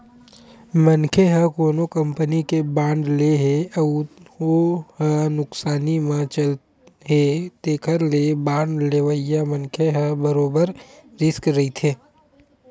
मनखे ह कोनो कंपनी के बांड ले हे अउ हो ह नुकसानी म चलत हे तेखर ले बांड लेवइया मनखे ह बरोबर रिस्क रहिथे